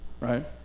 right